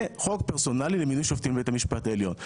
זה חוק פרסונלי למינוי שופטים בבית המשפט העליון.